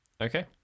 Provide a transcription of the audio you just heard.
Okay